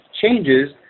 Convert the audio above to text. changes